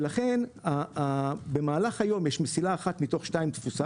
לכן, במהלך היום יש מסילה אחת תפוסה,